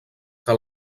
que